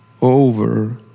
over